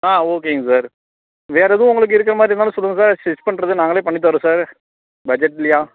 ஆ ஓகேங்க சார் வேறு எதுவும் உங்களுக்கு இருக்கிற மாதிரி இருந்தாலும் சொல்லுங்க சார் ஸ்டிச் பண்ணுறது நாங்களே பண்ணி தர்றோம் சார் பட்ஜெட்லியாக